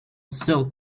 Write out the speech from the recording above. silk